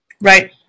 Right